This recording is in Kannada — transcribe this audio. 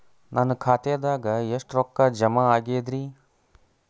ನನ್ನ ಖಾತೆದಾಗ ಎಷ್ಟ ರೊಕ್ಕಾ ಜಮಾ ಆಗೇದ್ರಿ?